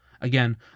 Again